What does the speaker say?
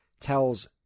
tells